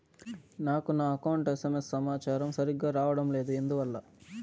నాకు నా account SMS సమాచారము సరిగ్గా రావడం లేదు ఎందువల్ల?